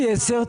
C10,